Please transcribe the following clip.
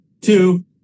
two